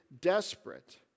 desperate